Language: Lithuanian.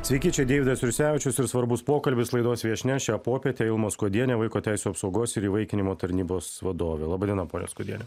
sveiki čia deividas jursevičius ir svarbus pokalbis laidos viešnia šią popietę ilma skuodienė vaiko teisių apsaugos ir įvaikinimo tarnybos vadovė laba diena ponia skudiene